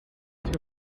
het